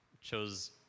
Chose